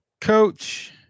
Coach